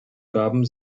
gaben